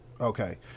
Okay